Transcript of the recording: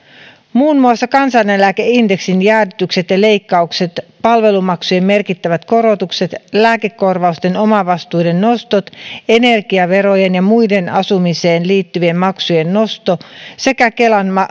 muun muassa kansaneläkeindeksin jäädytykset ja leikkaukset palvelumaksujen merkittävät korotukset lääkekorvausten omavastuiden nostot energiaverojen ja muiden asumiseen liittyvien maksujen nosto sekä kelan